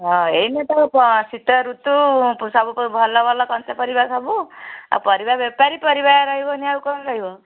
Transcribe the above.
ହଁ ଏଇନେ ତ ଶୀତ ଋତୁ ସବୁଠୁ ଭଲ ଭଲ କଞ୍ଚା ପରିବା ସବୁ ଆଉ ପରିବା ବେପାରୀ ପରିବା ରହିବନି ଆଉ କ'ଣ ରହିବ